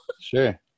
Sure